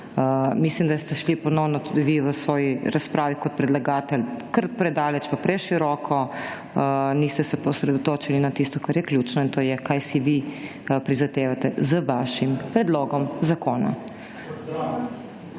Mislim, da ste šli ponovno tudi vi v svoji razpravi, kot predlagatelj kar predaleč, pa preširoko, niste se pa osredotočili na tisto, kar je ključno in to je, kar si vi prizadevate z vašim predlogom zakona.